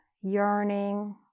yearning